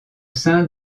sein